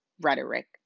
rhetoric